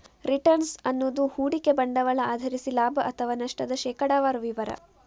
return ಅನ್ನುದು ಹೂಡಿಕೆ ಬಂಡವಾಳ ಆಧರಿಸಿ ಲಾಭ ಅಥವಾ ನಷ್ಟದ ಶೇಕಡಾವಾರು ವಿವರ